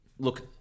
Look